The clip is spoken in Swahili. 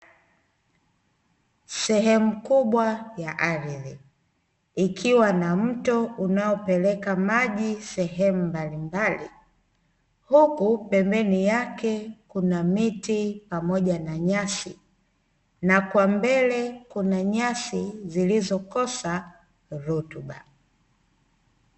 Sehemu kubwa ya ardhi ikiwa na mto unaopeleka maji sehemu mbalimbali, huku pembeni yake kuna miti pamoja na nyasi na kwa mbele kunanyasi zilizokosa rutuba.